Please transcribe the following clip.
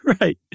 Right